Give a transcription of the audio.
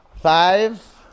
Five